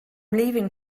leaving